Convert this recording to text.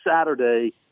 Saturday